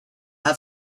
have